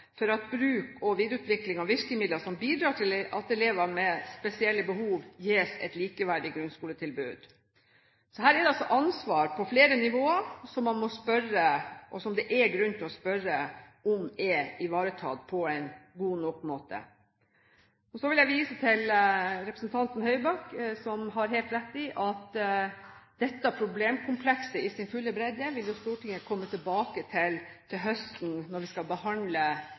for at bruk og videreutvikling av virkemidler bidrar til at elever med spesielle behov gis et likeverdig grunnskoletilbud. Her er det altså grunn til å spørre om ansvaret på flere nivå er ivaretatt på en god nok måte. Jeg vil vise til representanten Nybakk, som har helt rett i at dette problemkomplekset vil Stortinget komme tilbake til i sin fulle bredde til høsten når vi skal behandle